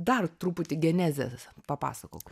dar truputį genezės papasakok